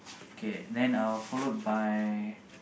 okay then uh followed by